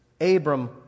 Abram